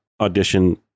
audition